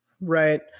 Right